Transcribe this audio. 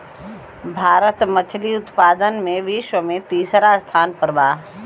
भारत मछली उतपादन में विश्व में तिसरा स्थान पर बा